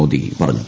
മോദി പറഞ്ഞു